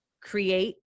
create